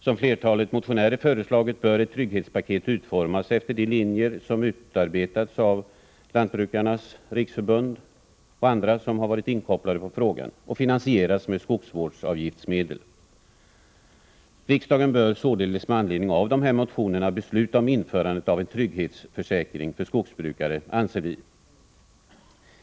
Som flertalet motionärer föreslagit bör ett trygghetspaket utformas efter de linjer som utarbetats av Lantbrukarnas riksförbund och andra som varit inkopplade på frågan och finansieras med skogsvårdsavgiftsmedel. Riksdagen bör således med anledning av dessa motioner besluta om införande av en trygghetsförsäkring för skogsbrukare, anser vi.